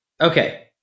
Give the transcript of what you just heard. Okay